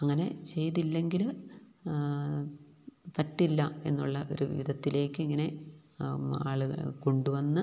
അങ്ങനെ ചെയ്തില്ലെങ്കില് പറ്റില്ലെന്നുള്ളൊരു വിധത്തിലേക്ക് ഇങ്ങനെ ആളുകളെ കൊണ്ടുവന്ന്